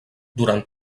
durant